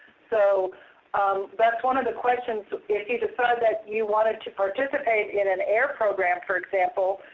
so um that's one of the questions if you decide that you wanted to participate in an air program, for example,